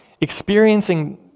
experiencing